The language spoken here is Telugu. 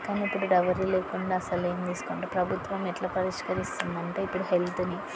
కానీ ఇప్పుడు డౌరీ లేకుండా అసలు ఏం చేసుకుంటే ప్రభుత్వం ఎట్లా పరిష్కరిస్తుంది అంటే ఇప్పుడు హెల్త్ని